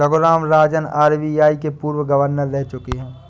Raghuram Rajan RBI के पूर्व governor रह चुके हैं